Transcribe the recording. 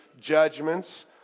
judgments